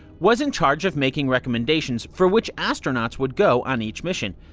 was in charge of making recommendations for which astronauts would go on each mission.